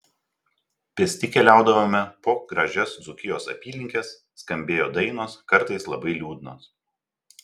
pėsti keliaudavome po gražias dzūkijos apylinkes skambėjo dainos kartais labai liūdnos